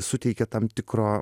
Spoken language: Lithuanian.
suteikia tam tikro